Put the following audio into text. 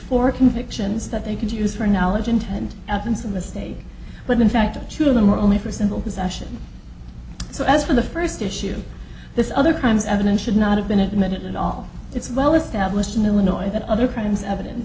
four convictions that they could use for knowledge intent absence in the state but in fact two of them are only for simple possession so as for the first issue this other crimes evidence should not have been admitted at all it's well established in illinois that other crimes evidence